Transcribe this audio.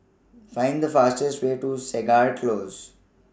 Find The fastest Way to Segar Close